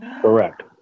Correct